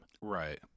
Right